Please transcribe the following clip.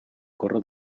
corro